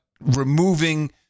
removing